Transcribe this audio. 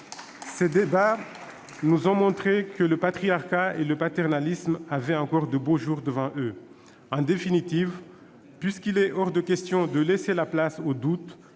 Ces débats nous ont montré que le patriarcat et le paternalisme avaient encore de beaux jours devant eux. En définitive, puisqu'il est hors de question de laisser la place au doute,